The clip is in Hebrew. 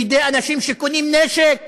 לידי אנשים שקונים נשק